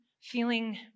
feeling